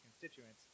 constituents